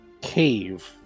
cave